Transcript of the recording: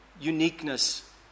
uniqueness